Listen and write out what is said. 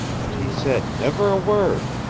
but he said never a word